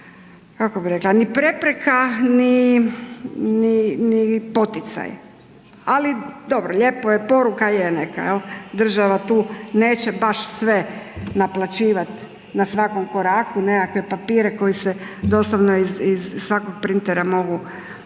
kako bi rekla ni prepreka ni poticaj. Ali dobro, lijepo je poruka je neka, država tu neće baš sve naplaćivati na svakom koraku nekakve papire koji se doslovno iz svakog printera mogu